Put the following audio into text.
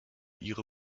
ihre